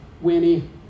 Winnie